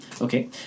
Okay